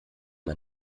mal